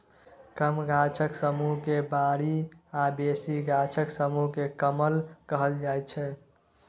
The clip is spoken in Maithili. कम गाछक समुह केँ बारी आ बेसी गाछक समुह केँ कलम कहल जाइ छै